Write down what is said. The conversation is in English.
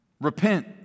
Repent